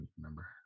remember